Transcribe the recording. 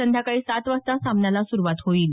संध्याकाळी सात वाजता सामन्याला सुरुवात होईल